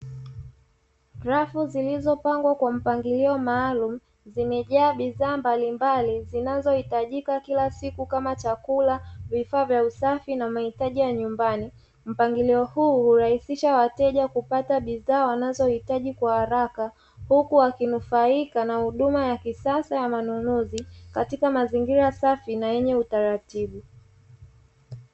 Rafu zilizopangwa kwa mpangilio maalumu, zimejaa bidhaa mbalimbali zinazo hitajika kila siku kama chakula, vifaa vya usafi na mahitaji ya nyumbani. Mpangilio huu hurahisisha wateja kupata bidhaa wanazohitaji kwa haraka, huku wakinufaika na huduma ya kisasa ya manunuzi katika mazingira safi na yenye utaratibu.